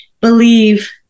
believe